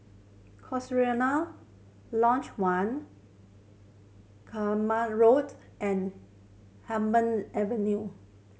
Cochrane Lodge One Klang Road and Hume Avenue